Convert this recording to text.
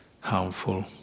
harmful